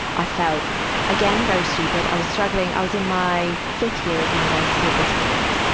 i felt again, very stupid. i was struggling. i was in my fifth year of university at this point.